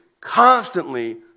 constantly